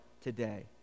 Today